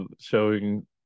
showing